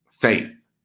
faith